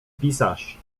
pisarz